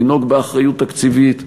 לנהוג באחריות תקציבית,